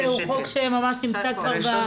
החוק הזה הוא חוק שממש נמצא כבר בשלבים הסופיים.